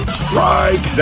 strike